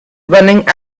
running